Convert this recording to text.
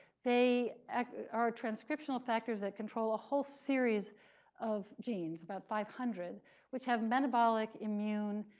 they are transcriptional factors that control a whole series of genes about five hundred which have metabolic, immune,